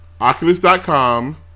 Oculus.com